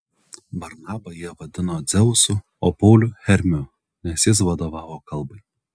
barnabą jie vadino dzeusu o paulių hermiu nes jis vadovavo kalbai